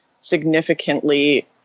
significantly